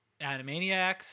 Animaniacs